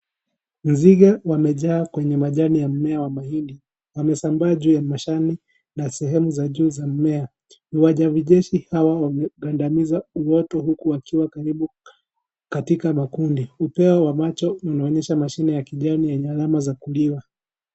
Nzige wamejaa kwenye majani ya mmea wa mahindi. Wamesambaa juu ya mashani na sehemu za juu za mmea. Wajavijeshi hawa wanakandamiza uoto huku wakiwa karibu katika makundi. Upeo wa macho unaonyesha mashine ya kijani yenye alama za kuliwa.